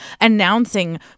announcing